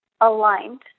aligned